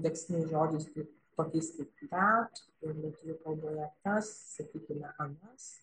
indeksiniais žodžiais kaip tokiais kaip vet ir lietuvių kalboje tas sakykime anas